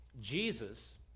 Jesus